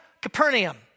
Capernaum